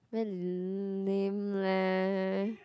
ver~ lame leh